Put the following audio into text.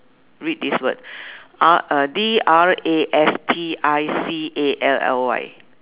read this word R uh D R A S T I C A L L Y